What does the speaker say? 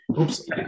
Oops